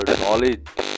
knowledge